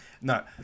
No